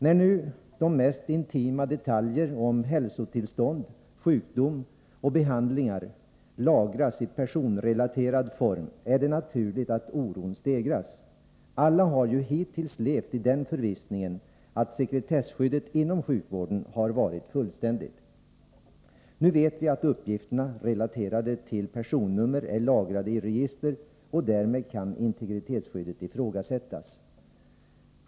När nu de mest intima detaljer om hälsotillstånd, sjukdom och behandlingar lagras i personrelaterad form är det naturligt att oron stegras. Alla har ju hittills levt i den förvissningen att sekretesskyddet inom sjukvården har varit fullständigt. Nu vet vi att uppgifterna relaterade till personnummer är lagrade i register, och därmed kan integritetsskyddet ifrågasättas.